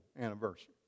anniversary